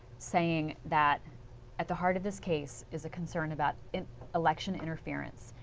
saying that at the heart of this case is a concern about if election interference,